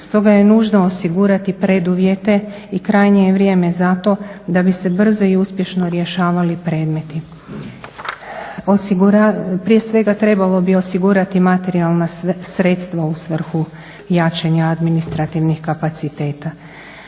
Stoga je nužno osigurati preduvjete i krajnje je vrijeme za to da bi se brzo i uspješno rješavali predmeti. Prije svega trebalo bi osigurati materijalna sredstva u svrhu jačanja administrativnih kapaciteta.